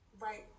right